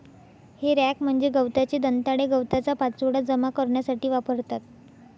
हे रॅक म्हणजे गवताचे दंताळे गवताचा पाचोळा जमा करण्यासाठी वापरतात